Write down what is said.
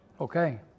Okay